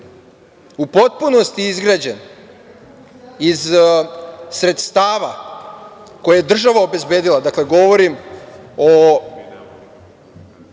u potpunosti izgrađen iz sredstava koje je država obezbedila, dakle, govorim o